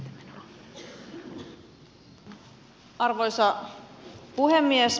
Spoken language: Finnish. arvoisa puhemies